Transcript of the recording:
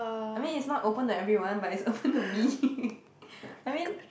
I mean it's not open to everyone but is open to me I mean